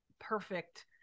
perfect